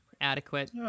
Adequate